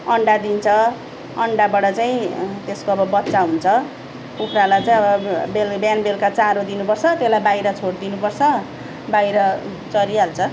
अन्डा दिन्छ अन्डाबाट चाहिँ त्यसको अब बच्चा हुन्छ कुखुरालाई चाहिँ अब बिहान बेलुका चारो दिनुपर्छ त्यसलाई बाहिर छोड्दिनु पर्छ बाहिर चरिहाल्छ